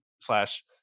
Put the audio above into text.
slash